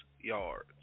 yards